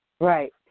Right